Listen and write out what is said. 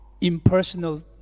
impersonal